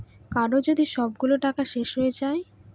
কারো যদি সবগুলো টাকা শেষ হয়ে যায়